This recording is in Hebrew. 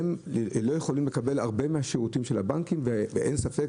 הם לא יכולים לקבל הרבה מהשירותים של הבנקים ואין ספק